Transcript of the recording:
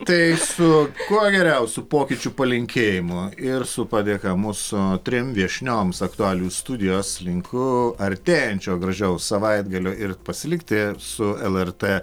tai su kuo geriausiu pokyčių palinkėjimu ir su padėka mūsų trim viešnioms aktualijų studijos linku artėjančio gražaus savaitgalio ir pasilikti su lrt